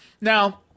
Now